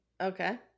Okay